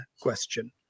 question